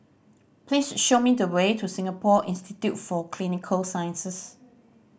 please show me the way to Singapore Institute for Clinical Sciences